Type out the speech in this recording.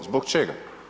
Zbog čega?